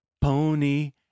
pony